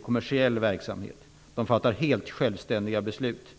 kommersiell verksamhet och fattar helt självständiga beslut.